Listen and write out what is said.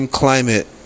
climate